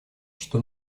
что